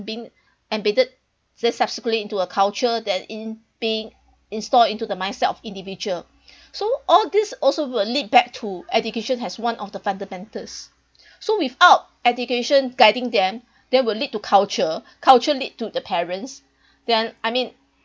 being embedded then subsequently into a culture then in being installed into the mindset of individual so all these also will lead back to education as one of the fundamentals so without education guiding them that will lead to culture culture lead to the parents then I mean